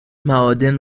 معادن